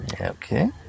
Okay